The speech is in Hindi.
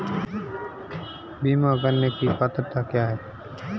बीमा करने की पात्रता क्या है?